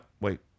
Wait